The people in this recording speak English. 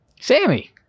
Sammy